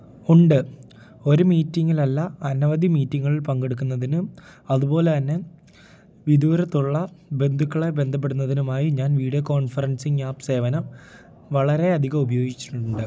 ഉണ്ട് ഒരു മീറ്റിങ്ങിൽ അല്ല അനവധി മീറ്റിങ്ങിള് പങ്കെടുക്കുന്നതിനും അതുപോലെ തന്നെ വിധൂരത്തൊള്ള ബന്ധുക്കളെ ബന്ധപ്പെടുന്നതിനുമായി ഞാൻ വീഡിയോ കോൺഫറൻസിംഗ് ആപ്പ് സേവനം വളരെ അധികം ഉപയോഗിച്ചിട്ടുണ്ട്